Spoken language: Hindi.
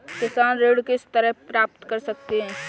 किसान ऋण किस तरह प्राप्त कर सकते हैं?